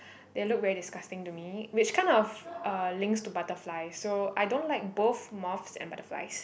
they look very disgusting to me which kind of uh links to butterflies so I don't like both moths and butterflies